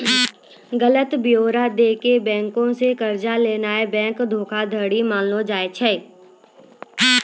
गलत ब्योरा दै के बैंको से कर्जा लेनाय बैंक धोखाधड़ी मानलो जाय छै